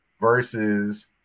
versus